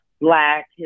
black